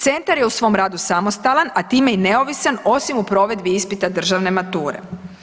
Centar je u svom radu samostalan a time i neovisan osim u provedbi ispita državne mature.